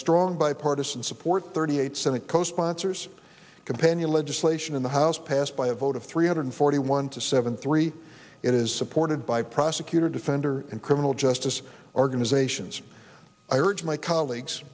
strong bipartisan support thirty eight senate co sponsors companion legislation in the house passed by a vote of three hundred forty one to seven three it is supported by prosecutor defender and criminal justice organizations i urge my colleagues